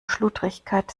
schludrigkeit